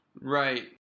Right